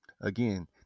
Again